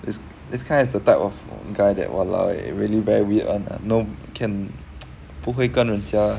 this this kind is the type of guy that !walao! eh really very weird one lah no can 不会跟人家